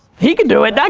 he can do it, that